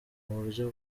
buryo